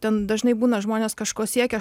ten dažnai būna žmonės kažko siekia